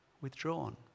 withdrawn